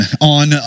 on